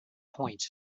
points